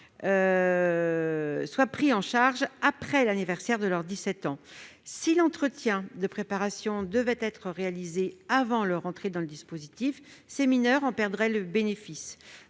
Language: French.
-sont pris en charge après l'anniversaire de leurs 17 ans. Si l'entretien de préparation devait être réalisé avant leur entrée dans le dispositif, ces mineurs en perdraient le bénéfice.